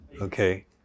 Okay